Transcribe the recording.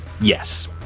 Yes